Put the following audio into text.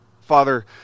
Father